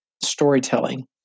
storytelling